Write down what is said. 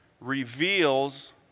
reveals